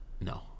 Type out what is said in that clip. No